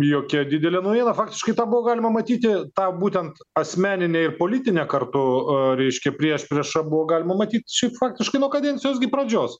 jokia didelė naujiena faktiškai tą buvo galima matyti tą būtent asmeninę ir politinę kartu reiškia priešpriešą buvo galima matyt šiaip faktiškai nuo kadencijos gi pradžios